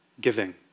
giving